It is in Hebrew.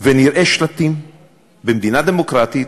ונראה שלטים במדינה דמוקרטית,